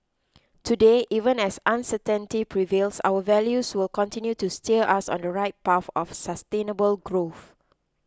today even as uncertainty prevails our values will continue to steer us on the right path of sustainable growth